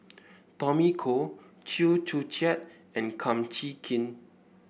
Tommy Koh Chew Joo Chiat and Kum Chee Kin